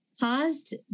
paused